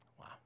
Wow